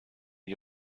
die